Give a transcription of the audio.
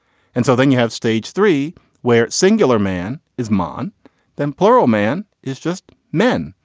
and so then you have stage three where singular man is man then plural man is just men.